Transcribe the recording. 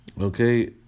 okay